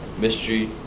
mystery